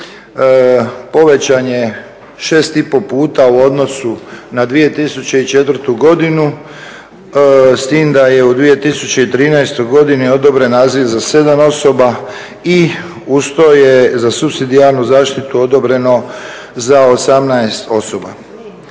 povećan je 6,5 puta u odnosu na 2004. godinu, s tim da je u 2013. godini odobren naziv za 7 osoba i uz to je za … zaštitu odobreno za 18 osoba.